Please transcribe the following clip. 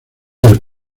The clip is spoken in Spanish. del